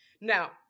Now